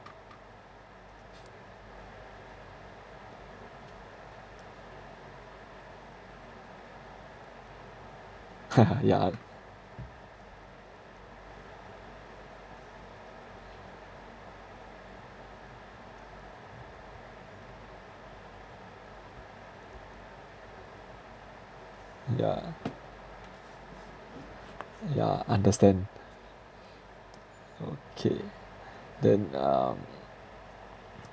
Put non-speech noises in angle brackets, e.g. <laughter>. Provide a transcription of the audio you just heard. <laughs> yeah yeah yeah understand okay then um